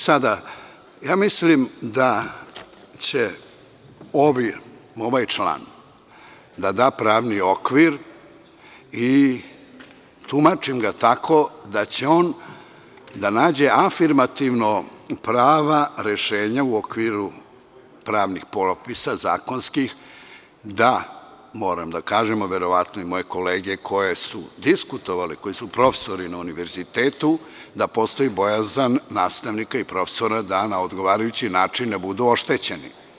Sada, ja mislim da će ovaj član da da pravni okvir i tumačim ga tako da će on da nađe afirmativno prava rešenja u okviru pravnih propisa zakonskih da, moram da kažem, a verovatno i moje kolege koje su diskutovale, koji su profesori na univerzitetu, da postoji bojazan nastavnika i profesora da na odgovarajući način ne budu oštećeni.